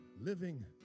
living